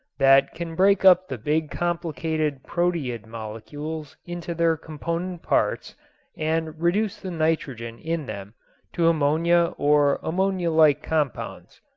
that can break up the big complicated proteid molecules into their component parts and reduce the nitrogen in them to ammonia or ammonia-like compounds.